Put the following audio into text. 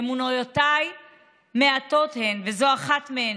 אמונותיי מעטות הן, וזו אחת מהן,